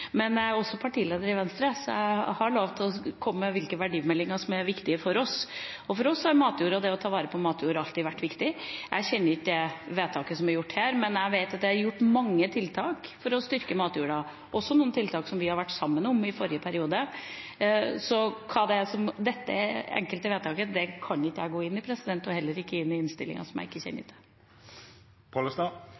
Men jeg er også partileder i Venstre, så jeg har lov til å komme med hvilke verdimeldinger som er viktige for oss. Og for oss har matjorda og det å ta vare på matjord alltid vært viktig. Jeg kjenner ikke vedtaket som er gjort her, men jeg vet at det er gjort mange tiltak for å styrke matjorda, også noen tiltak som vi var sammen om i forrige periode. Dette enkelte vedtaket kan jeg ikke gå inn i, og heller ikke i innstillinga som jeg ikke kjenner.